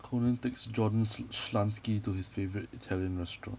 conan takes jordan schlansky to his favorite italian restaurant